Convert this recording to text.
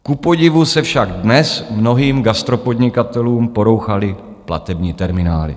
Kupodivu se však dnes mnohým gastro podnikatelům porouchaly platební terminály.